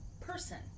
person